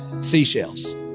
seashells